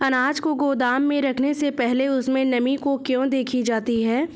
अनाज को गोदाम में रखने से पहले उसमें नमी को क्यो देखी जाती है?